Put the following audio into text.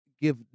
give